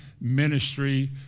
ministry